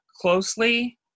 closely